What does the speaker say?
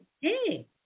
Hey